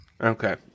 Okay